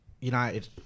United